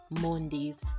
mondays